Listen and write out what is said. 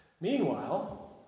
Meanwhile